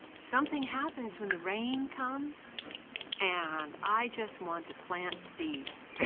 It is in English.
something happens when the rain comes and i just want to plant seeds.